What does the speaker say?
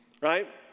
right